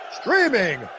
streaming